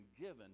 given